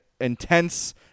intense